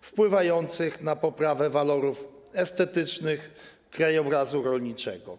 wpływających na poprawę walorów estetycznych krajobrazu rolniczego.